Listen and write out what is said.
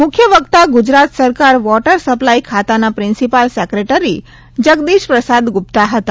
મુખ્ય વક્તા ગુજરાત સરકાર વોટર સપ્લાય ખાતાના પ્રિન્સિપાલ સેક્રેટરી જગદીશ પ્રસાદ ગુપ્તા હતા